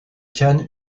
khan